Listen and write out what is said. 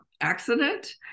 accident